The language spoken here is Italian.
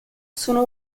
sono